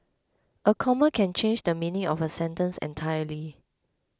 a comma can change the meaning of a sentence entirely